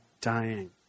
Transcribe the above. dying